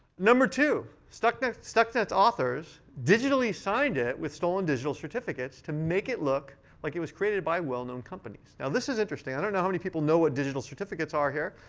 number two, stuxnet's stuxnet's authors digitally signed it with stolen digital certificates to make it look like it was created by well-known companies. now, this is interesting. i don't know how many people know what digital certificates are here.